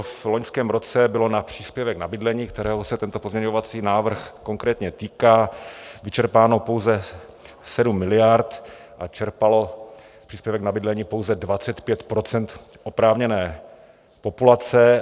V loňském roce bylo na příspěvek na bydlení, kterého se tento pozměňovací návrh konkrétně týká, vyčerpáno pouze 7 miliard a čerpalo příspěvek na bydlení pouze 25 % oprávněné populace.